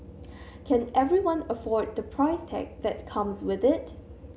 can everyone afford the price tag that comes with it